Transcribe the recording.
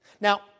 Now